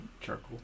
charcoal